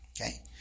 okay